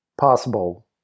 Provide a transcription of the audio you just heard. possible